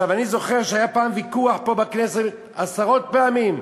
אני זוכר שהיה פעם ויכוח פה, בכנסת, עשרות פעמים.